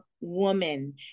woman